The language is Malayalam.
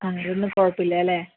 ആ അതൊന്നും കുഴപ്പമില്ല അല്ലേ